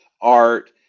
art